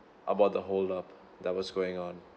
about the hold up that was going on